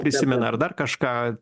prisimena ar dar kažką